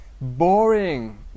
boring